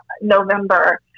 November